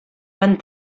van